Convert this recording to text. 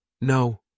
No